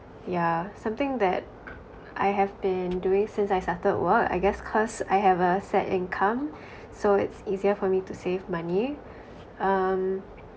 yeah something that I have been doing since I started work I guess cause I have a set income so it's easier for me to save money um